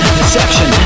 deception